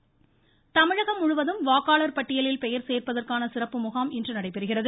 வாக்காளர் பட்டியல் தமிழகம் முழுவதும் வாக்காளர் பட்டியலில் பெயர் சேர்ப்பதற்கான சிறப்பு முகாம் இன்று நடைபெறுகிறது